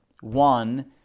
one